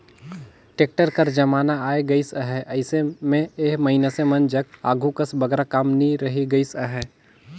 tractor कर जमाना आए गइस अहे, अइसे मे ए मइनसे मन जग आघु कस बगरा काम नी रहि गइस अहे